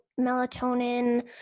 melatonin